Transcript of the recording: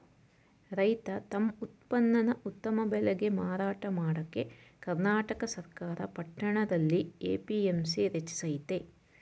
ರೈತ ತಮ್ ಉತ್ಪನ್ನನ ಉತ್ತಮ ಬೆಲೆಗೆ ಮಾರಾಟ ಮಾಡಕೆ ಕರ್ನಾಟಕ ಸರ್ಕಾರ ಪಟ್ಟಣದಲ್ಲಿ ಎ.ಪಿ.ಎಂ.ಸಿ ರಚಿಸಯ್ತೆ